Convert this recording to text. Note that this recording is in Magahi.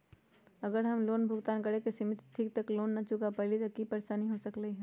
अगर हम लोन भुगतान करे के सिमित तिथि तक लोन न चुका पईली त की की परेशानी हो सकलई ह?